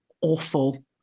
awful